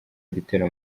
igitero